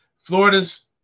Florida's